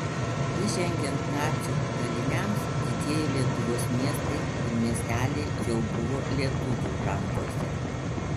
įžengiant nacių daliniams didieji lietuvos miestai ir miesteliai jau buvo lietuvių rankose